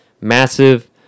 massive